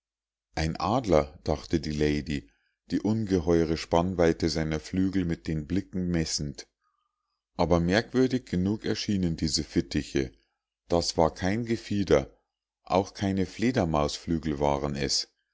ein adler dachte die lady die ungeheure spannweite seiner flügel mit den blicken messend aber merkwürdig genug erschienen diese fittiche das war kein gefieder auch keine fledermausflügel waren es